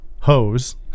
hose